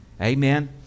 amen